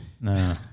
No